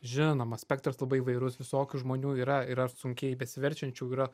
žinoma spektras labai įvairus visokių žmonių yra ir sunkiai besiverčiančių yra